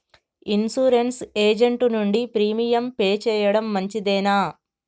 Insurance agent నుండి premium pay చేయడం మంచిదేనా?